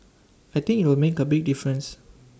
I think IT will make A big difference